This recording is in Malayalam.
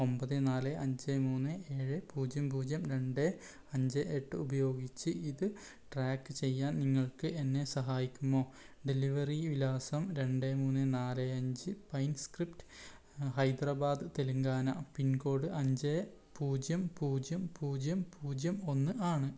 ഒമ്പത് നാല് അഞ്ച് മൂന്ന് ഏഴ് പൂജ്യം പൂജ്യം രണ്ട് അഞ്ച് എട്ട് ഉപയോഗിച്ച് ഇത് ട്രാക്ക് ചെയ്യാൻ നിങ്ങൾക്ക് എന്നെ സഹായിക്കുമോ ഡെലിവെറീ വിലാസം രണ്ട് മൂന്ന് നാല് അഞ്ച് pine script Hyderabad Telangana pincode അഞ്ച് പൂജ്യം പൂജ്യം പൂജ്യം പൂജ്യം ഒന്ന് ആണ്